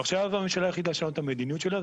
עכשיו הממשלה שינתה את המדיניות שלה,